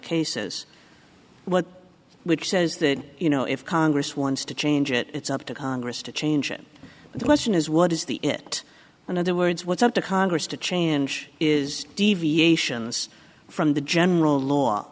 cases what which says that you know if congress wants to change it it's up to congress to change it but the lesson is what is the it in other words what's up to congress to change is deviations from the general law